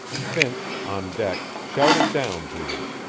finch, on deck, shouted down to them.